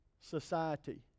society